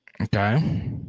Okay